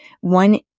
one